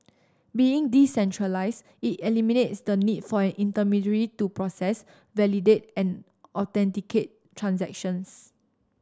being decentralised it eliminates the need for an intermediary to process validate and authenticate transactions